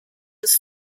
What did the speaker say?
des